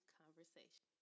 conversation